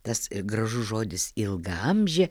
tas ir gražus žodis ilgaamžė